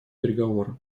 переговоры